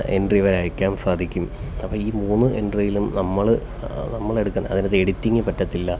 entry വരെ അയക്കാന് സാധിക്കും അപ്പോൾ ഈ മൂന്നു എന്ട്രിയിലും നമ്മൾ നമ്മൾ എടുക്കുന്നത് അതിനകത്ത് എഡിറ്റിംഗ് പറ്റത്തില്ല